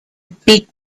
big